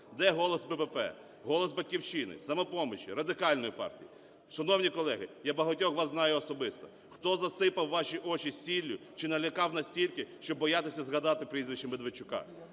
Де голос БПП? Голос "Батьківщини", "Самопомочі", Радикальної партії? Шановні колеги, я багатьох вас знаю особисто, хто засипав ваші очі сіллю чи налякав настільки, що боїтеся згадати прізвище Медведчука?